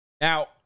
Now